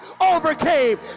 overcame